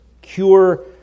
cure